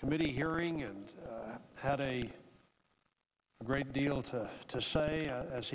committee hearing and had a great deal to to say as